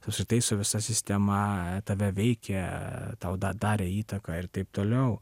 su šitais su visa sistema tave veikia tau darė įtaką ir taip toliau